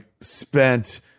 spent